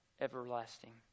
everlasting